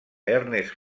ernest